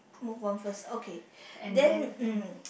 move on first okay then mm